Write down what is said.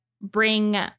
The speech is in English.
bring